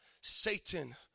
Satan